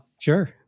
Sure